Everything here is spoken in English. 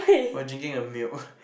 for drinking the milk